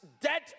dead